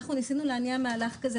אנחנו ניסינו להניע מהלך כזה.